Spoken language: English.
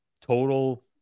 total